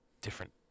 different